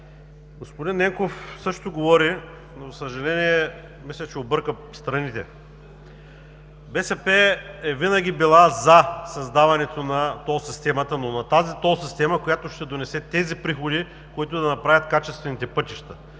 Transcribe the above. Господин Ненков също говори, но, за съжаление, мисля, че обърка страните. БСП е винаги била за създаването на тол системата, но на тази тол система, която ще донесе тези приходи, които да направят качествените пътища.